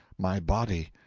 my body.